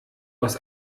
aus